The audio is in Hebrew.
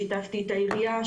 שיתפתי את העירייה,